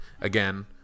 again